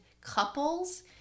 couples